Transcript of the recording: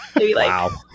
Wow